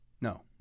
No